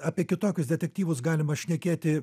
apie kitokius detektyvus galima šnekėti